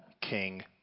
King